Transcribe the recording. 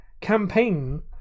campaign